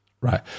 Right